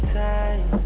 time